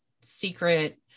secret